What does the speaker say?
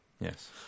Yes